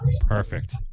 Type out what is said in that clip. Perfect